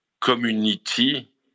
community